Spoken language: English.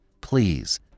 Please